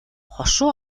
хошуу